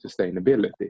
sustainability